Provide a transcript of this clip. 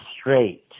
straight